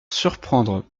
surprendre